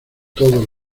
todos